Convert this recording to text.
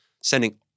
sending